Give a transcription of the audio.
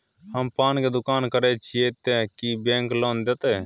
हम पान के दुकान करे चाहे छिये ते की बैंक लोन देतै?